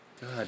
God